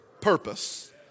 purpose